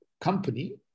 company